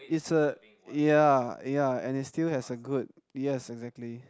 it's a yeah yeah and it still has a good yes exactly